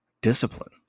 discipline